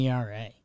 ERA